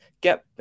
get